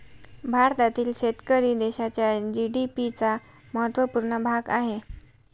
भारतातील शेतकरी देशाच्या जी.डी.पी चा महत्वपूर्ण भाग आहे